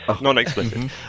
Non-explicit